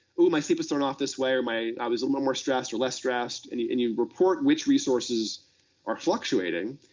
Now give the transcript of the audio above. ooh, my sleep is thrown off this way, or i was a little more stressed or less stressed. and you and you report which resources are fluctuating,